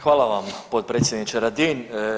Hvala vam potpredsjedniče Radin.